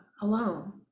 alone